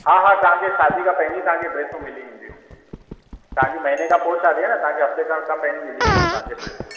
हा हा तांखे शादी खां पहिरियों तव्हांखे ड्रेसूं मिली वेदियूं तव्हांजी महीने खां पोइ शादी आहे न तव्हांखे हफ़्ते खण खां पहिरियों मिली वेंदियूं ड्रेसूं